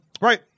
Right